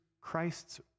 Christ's